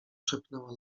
szepnęła